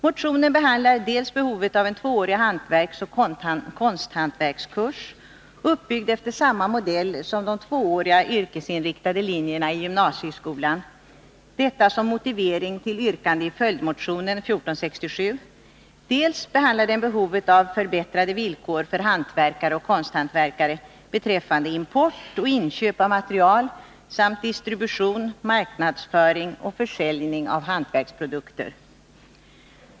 Motionen behandlar dels behovet av en tvåårig hantverksoch konsthantverkskurs, uppbyggd efter samma modell som de tvååriga yrkesinriktade linjerna i gymnasieskolan — detta som motivering till yrkande i följdmotionen 1467 — dels behovet av förbättrade villkor för hantverkare och konsthantverkare beträffande import och inköp av material samt distribution, marknadsföring och försäljning av konsthantverksprodukter.